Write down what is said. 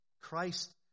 Christ